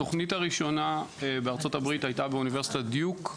התכנית הראשונה בארצות הברית הייתה באוניברסיטת "דיוק".